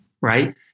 right